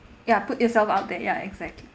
ya put yourself out there ya exactly